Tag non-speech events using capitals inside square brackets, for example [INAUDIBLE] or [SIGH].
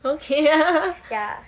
okay [LAUGHS]